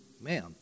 man